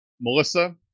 Melissa